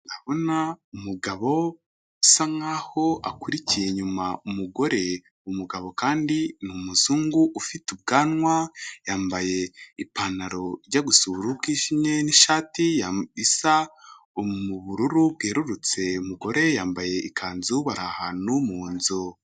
Ndabona umugabo asa nk'aho akurikiye inyuma umugore ,umugabo kandi n'umuzungu ufite ubwanwa, yambaye ipantaro ijya gusa ubururu bw'ijimye n'ishati isa m'ubururu bwerurutse .umugore yambaye ikanzu bari ahantu mu nzu.